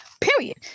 Period